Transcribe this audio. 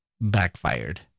backfired